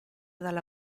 dalla